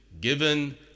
given